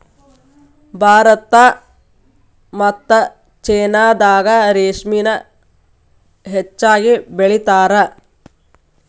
ಭಾರತಾ ಮತ್ತ ಚೇನಾದಾಗ ರೇಶ್ಮಿನ ಹೆಚ್ಚಾಗಿ ಬೆಳಿತಾರ